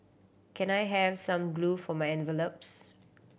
can I have some glue for my envelopes